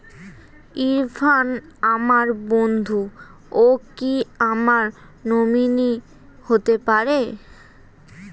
ইরফান আমার বন্ধু ও কি আমার নমিনি হতে পারবে?